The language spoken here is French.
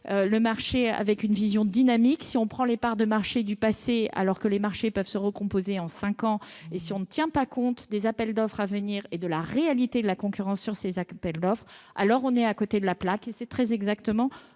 le marché avec une vision dynamique. Si l'on prend les parts de marché du passé, alors que les marchés peuvent se recomposer en cinq ans, et si l'on ne tient pas compte des appels d'offres à venir et de la réalité de la concurrence que ceux-ci suscitent, alors on est à côté de la plaque. C'est très exactement